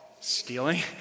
Stealing